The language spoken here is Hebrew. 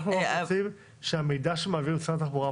אנחנו רוצים שהמידע שמעביר משרד התחבורה,